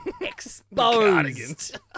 Exposed